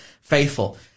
faithful